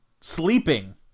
sleeping